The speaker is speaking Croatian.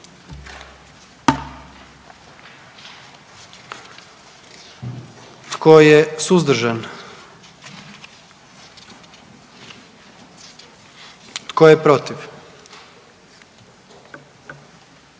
Tko je suzdržan? I tko je protiv?